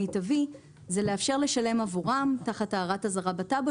זה לאפשר לשלם עבורם תחת הערת אזהרה בטאבו